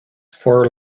fur